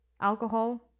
alcohol